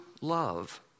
love